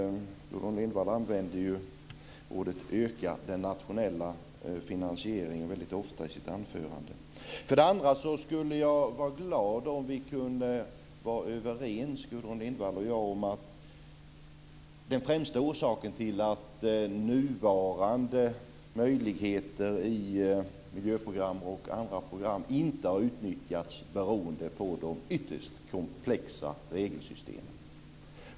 Gudrun Lindvall nämnde ju ofta en ökad nationell finansiering i sitt anförande. För det andra skulle jag vara glad om Gudrun Lindvall och jag kunde vara överens om att den främsta orsaken till att nuvarande möjligheter i miljöprogram och andra program inte har utnyttjats är de ytterst komplexa regelsystemen.